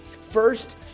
First